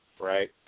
right